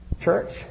Church